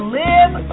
live